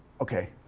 okay.